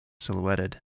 silhouetted